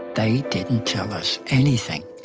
they didn't tell us anything.